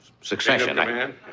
succession